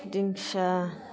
दिंखिया